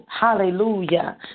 hallelujah